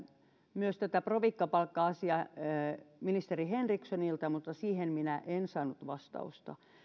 myös tätä provikkapalkka asiaa kysyin ministeri henrikssonilta mutta siihen minä en saanut vastausta